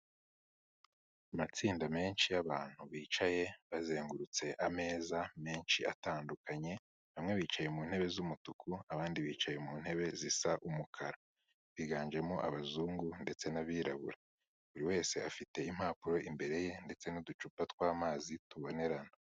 Amatsinda menshi y'abantu bicaye bazengurutse ameza menshi atandukanye, bamwe bicaye mu ntebe z'umutuku, abandi bicaye mu ntebe zisa umukara. Biganjemo abazungu ndetse n'abirabura. Buri wese afite impapuro imbere ye, ndetse n'uducupa tw'amazi tubonerana.